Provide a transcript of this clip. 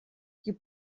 you